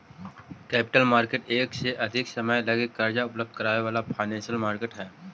capital market एक वर्ष से अधिक समय लगी कर्जा उपलब्ध करावे वाला फाइनेंशियल मार्केट हई